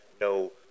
no